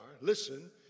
Listen